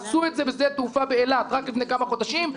עשו את זה בשדה התעופה באילת רק לפני כמה חודשים,